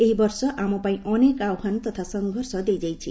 ଏହି ବର୍ଷ ଆମ ପାଇଁ ଅନେକ ଆହ୍ୱାନ ତଥା ସଂଘର୍ଷ ଦେଇଯାଇଛି